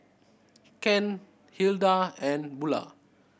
Kent Hilda and Bulah